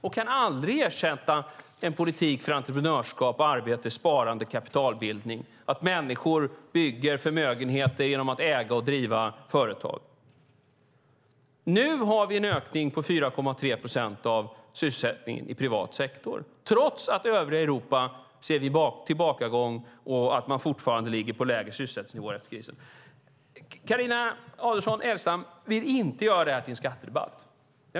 Den kan aldrig ersätta en politik för entreprenörskap, arbete, sparande, kapitalbildning och att människor bygger förmögenheter genom att äga och driva företag. Nu har vi en ökning på 4,3 procent av sysselsättningen i privat sektor, trots att övriga Europa ser tillbakagång och fortfarande ligger på lägre sysselsättningsnivåer. Carina Adolfsson Elgestam vill inte göra det här till en skattedebatt.